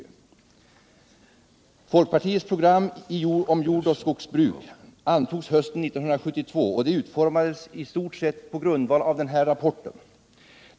Folkpartiets program om jordoch skogsbruk, antaget hösten 1972, utformades sedan på grundval av denna rapport.